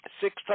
six